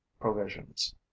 provisions